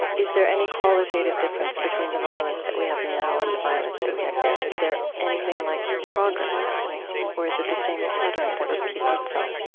is there any qualitative difference between the violence that we have now and the violence that we had then? is there anything like progress happening, or is it the same pattern that repeats itself?